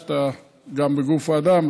גם בגוף האדם,